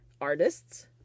Artists